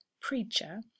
preacher